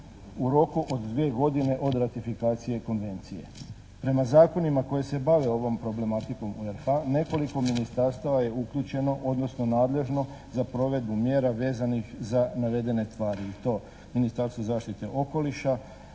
u roku od dvije godine od ratifikacije konvencije. Prema zakonima koji se bave ovom problematikom u RH nekoliko ministarstava je uključeno odnosno nadležno za provedbu mjera vezanih za navedene tvari i to Ministarstvo zaštite okoliša,